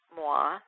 moi